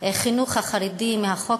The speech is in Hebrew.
החינוך החרדי מהחוק.